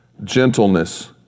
gentleness